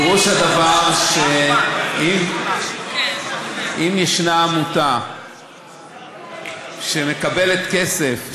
פירוש הדבר שאם ישנה עמותה שמקבלת כסף,